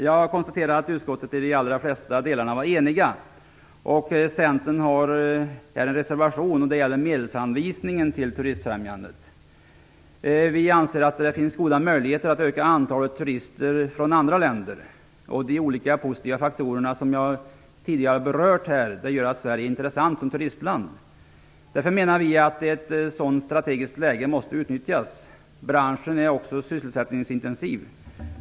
Jag konstaterar att utskottet i de allra flesta delarna var enigt. Centern har en reservation. Det gäller medelsanvisningen till Turistfrämjandet. Vi anser att det finns goda möjligheter att öka antalet turister från andra länder. De olika positiva faktorer som jag tidigare berört gör Sverige intressant som turistland. Vi menar att ett sådant strategiskt läge måste utnyttjas. Branschen är också sysselsättningsintensiv.